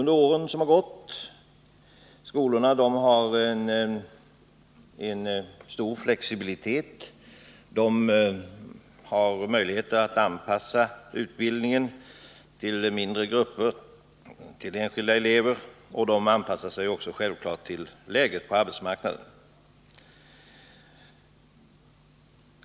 Det finns stor flexibilitet vid skolorna. Man har möjlighet att anpassa utbildningen till mindre grupper, till enskilda elever och självfallet även till läget på arbetsmarknaden.